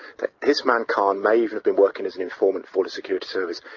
that this man khan may even have been working as an informant for the security service.